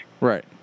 right